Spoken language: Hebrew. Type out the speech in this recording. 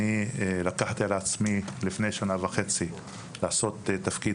אני לקחתי על עצמי לפני שנה וחצי לעשות תפקיד